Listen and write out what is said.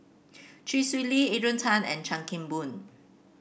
Chee Swee Lee Adrian Tan and Chan Kim Boon